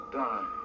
die